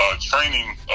training